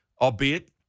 Albeit